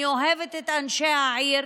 אני אוהבת את אנשי העיר,